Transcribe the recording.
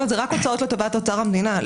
לא, זה רק הוצאות לטובת אוצר המדינה.